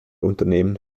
unternehmen